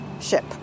ship